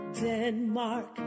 Denmark